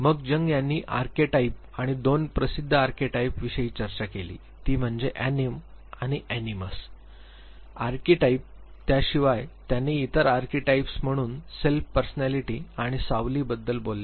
मग जंग यांनी आर्केटाइप आणि २ प्रसिद्ध आर्केटाइप्स विषयी चर्चा केली ती म्हणजे अॅनिम आणि अॅनिमस आर्चीटाइप त्याशिवाय त्याने इतर आर्किटाइप्स म्हणून सेल्फ पर्सनॅलिटी आणि सावलीबद्दल बोलले